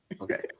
Okay